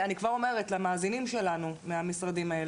אני כבר אומרת למאזינים שלנו מהמשרדים האלה,